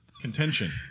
Contention